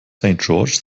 george’s